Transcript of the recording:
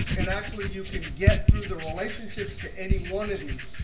and actually, you can get through the relationships to any one of these.